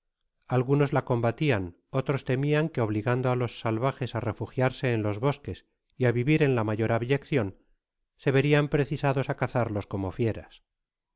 algunos la combatian otros temian que obligando á los salvajes a refugiarse en los bosques y á vivir en la mayor abyeccion se verian precisados a cazarlos como fieras